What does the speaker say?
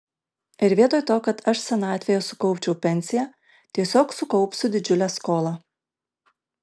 ir vietoj to kad aš senatvėje sukaupčiau pensiją tiesiog sukaupsiu didžiulę skolą